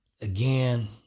again